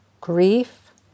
grief